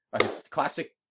Classic